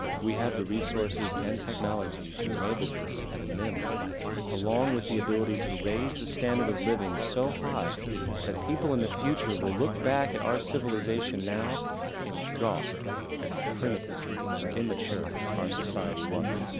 we have the resources and technology to enable this at a minimum along with the ability to raise the standards of living so high that people in the future will look back at our civilisation now and gawk and how primitive and immature our society was.